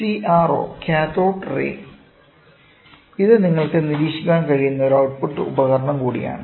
CRO cathode ray ഇത് നിങ്ങൾക്ക് നിരീക്ഷിക്കാൻ കഴിയുന്ന ഒരു ഔട്ട് പുട്ട് ഉപകരണം കൂടിയാണ്